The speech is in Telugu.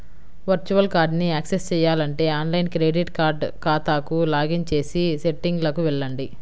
వర్చువల్ కార్డ్ని యాక్సెస్ చేయాలంటే ఆన్లైన్ క్రెడిట్ కార్డ్ ఖాతాకు లాగిన్ చేసి సెట్టింగ్లకు వెళ్లండి